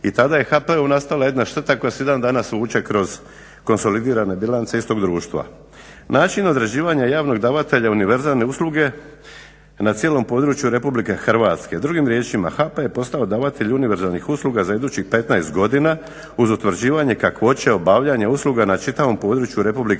I tada je HP-u nastala jedna šteta koja se i dan danas vuče kroz konsolidirane bilance istog društva. Način određivanja javnog davatelja univerzalne usluge na cijelom području Republike Hrvatske. Drugim riječima, HP je postao davatelj univerzalnih usluga za idućih 15 godina uz utvrđivanje kakvoće obavljanja usluga na čitavom području Republike Hrvatske,